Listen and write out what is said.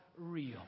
real